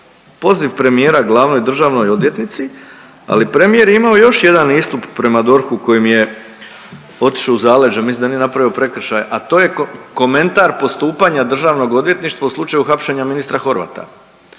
poziv premijera glavnoj državnoj odvjetnici, ali premijer je imao još jedan istup prema DORH-u kojim je otišo u zaleđe, mislim da nije napravio prekršaj, a to je komentar postupanja državnog odvjetništva u slučaju hapšenja ministra Horvata,